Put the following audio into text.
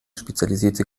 spezialisierte